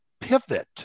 pivot